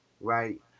Right